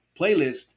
playlist